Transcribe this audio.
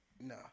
No